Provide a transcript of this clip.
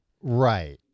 right